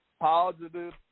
positive